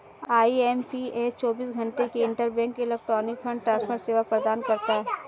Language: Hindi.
आई.एम.पी.एस चौबीस घंटे की इंटरबैंक इलेक्ट्रॉनिक फंड ट्रांसफर सेवा प्रदान करता है